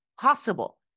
possible